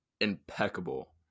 impeccable